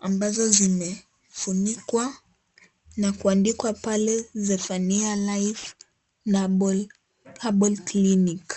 Ambazo zimefunikwa na kuandikwa pale, Zephania life herbal clinic